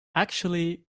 actually